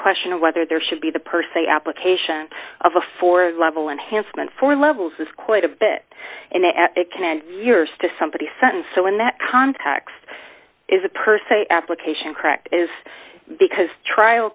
question of whether there should be the per se application of a four level enhancement for levels is quite a bit and it can add years to somebody sentence so in that context is a per se application correct is because trial